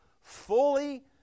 fully